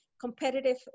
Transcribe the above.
competitive